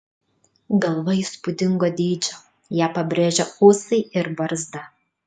galva įspūdingo dydžio ją pabrėžia ūsai ir barzda